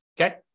okay